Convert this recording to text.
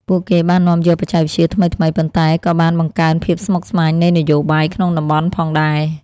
ពួកគេបាននាំយកបច្ចេកវិទ្យាថ្មីៗ ប៉ុន្តែក៏បានបង្កើនភាពស្មុគស្មាញនៃនយោបាយក្នុងតំបន់ផងដែរ។